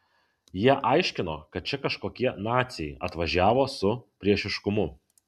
jie aiškino kad čia kažkokie naciai atvažiavo su priešiškumu